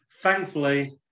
Thankfully